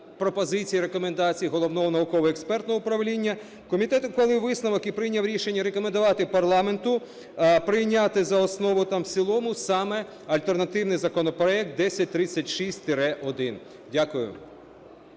пропозиції, рекомендації Головного науково-експертного управління, комітет ухвалив висновок і прийняв рішення рекомендувати парламенту прийняти за основу та в цілому саме альтернативний законопроект 1036-1. Дякую.